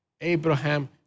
Abraham